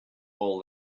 all